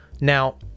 Now